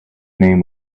name